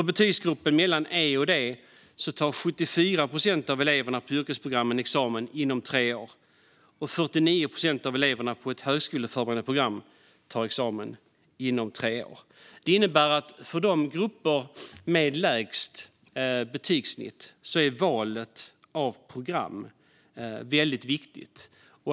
I betygsgruppen mellan E och D tar 74 procent av eleverna på yrkesprogrammen examen inom tillräckligt antal år, och 49 procent av eleverna på ett högskoleförberedande program tar examen inom tre år. Detta innebär att valet av program är väldigt viktigt för grupperna med lägst betygssnitt.